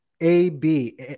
AB